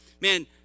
man